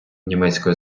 німецької